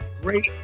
great